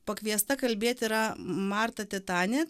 pakviesta kalbėti yra marta titanė